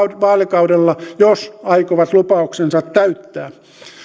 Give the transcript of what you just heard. vaalikaudella jos aikovat lupauksensa täyttää